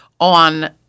on